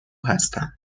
هستم